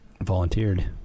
Volunteered